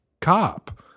cop